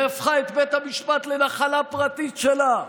שהפכה את בית המשפט לנחלה פרטית שלה.